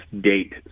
date